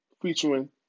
featuring